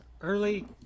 early